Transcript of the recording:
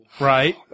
Right